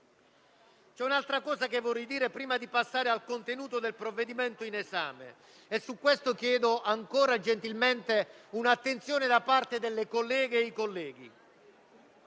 C'è un'altra cosa che vorrei dire prima di passare al contenuto del provvedimento in esame e su questo chiedo ancora gentilmente l'attenzione da parte delle colleghe e dei colleghi.